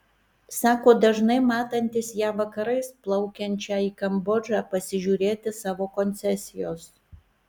sako dažnai matantis ją vakarais plaukiančią į kambodžą pasižiūrėti savo koncesijos